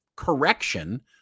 correction